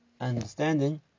understanding